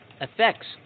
effects